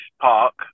Park